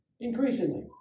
Increasingly